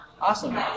Awesome